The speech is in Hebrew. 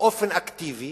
באופן אקטיבי